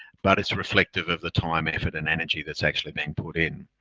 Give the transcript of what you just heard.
but is reflective of the time, effort and energy that's actually been put in.